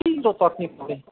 पिरो चटनी भएको